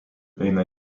eina